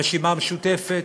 הרשימה המשותפת.